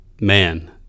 man